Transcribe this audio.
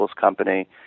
company